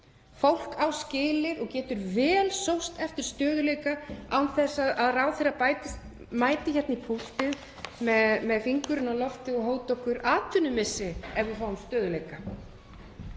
Fólk á skilið og getur vel sóst eftir stöðugleika án þess að ráðherra mæti hér í púltið með fingurinn á lofti og hóti okkur atvinnumissi ef við fáum stöðugleika.